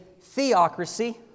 theocracy